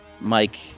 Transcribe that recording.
Mike